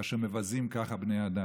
כאשר מבזים כך בני אדם.